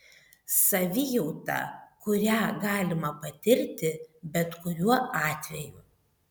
savijauta kurią galima patirti bet kuriuo atveju